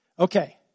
Okay